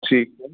ठीकु आहे